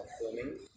filming